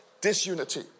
disunity